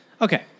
Okay